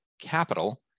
capital